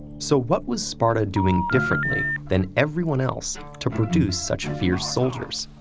so what was sparta doing differently than everyone else to produce such fierce soldiers?